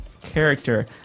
character